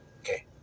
Okay